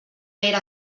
era